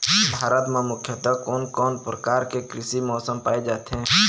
भारत म मुख्यतः कोन कौन प्रकार के कृषि मौसम पाए जाथे?